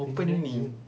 opening